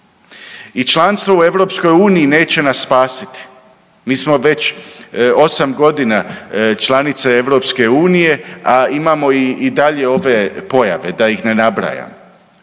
I članstvo u EU neće nas spasiti. Mi smo već 8 godina članica EU, a imamo i dalje ove pojave, da ih ne nabrajam.